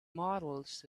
models